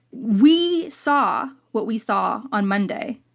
we saw what we saw on monday,